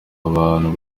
abantu